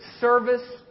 service